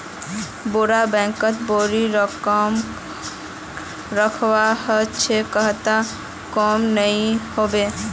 बोरो बैंकत बोरो रकम रखवा ह छेक जहात मोक नइ ह बे